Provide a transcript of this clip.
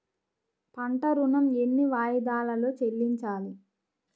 పంట ఋణం ఎన్ని వాయిదాలలో చెల్లించాలి?